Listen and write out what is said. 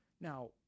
Now